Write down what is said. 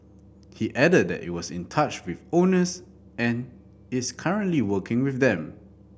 he added that it was in touch with owners and is currently working with them